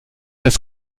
das